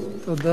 תודה.